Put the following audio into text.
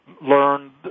learned